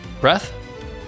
breath